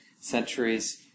centuries